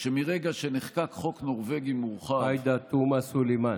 שמרגע שנחקק חוק נורבגי מורחב, עאידה תומא סלימאן.